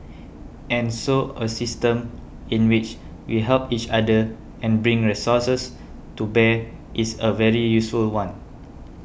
and so a system in which we help each other and bring resources to bear is a very useful one